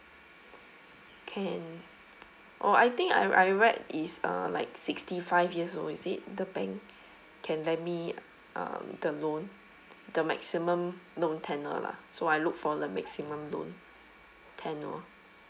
can oh I think I r~ I read is uh like sixty five years old is it the bank can let me uh the loan the maximum loan tenure lah so I look for the maximum loan tenure